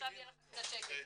עכשיו יהיה לך קצת שקט.